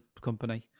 company